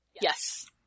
Yes